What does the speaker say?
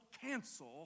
cancel